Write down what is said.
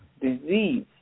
disease